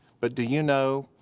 but do you know,